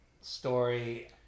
story